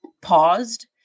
paused